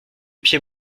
pied